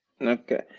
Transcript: okay